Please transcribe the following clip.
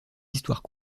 histoires